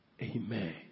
Amen